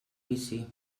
vici